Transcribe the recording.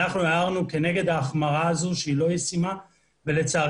אנחנו הערנו כנגד ההחמרה הזו שהיא לא ישימה ולצערנו